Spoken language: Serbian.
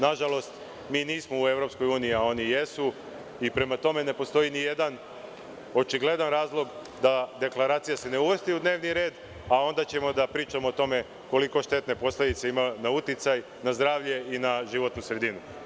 Nažalost, mi nismo u EU a oni jesu i prema tome ne postoji ni jedan očigledan razlog da se deklaracija ne uvrsti u dnevni red, a onda ćemo da pričamo o tome koliko štetne posledice ima na uticaj, na zdravlje i na životnu sredinu.